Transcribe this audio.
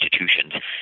institutions